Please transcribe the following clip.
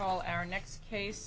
call our next case